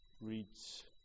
reads